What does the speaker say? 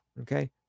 Okay